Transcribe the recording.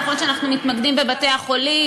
נכון שאנחנו מתמקדים בבתי-החולים